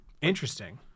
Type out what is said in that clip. Interesting